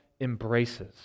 embraces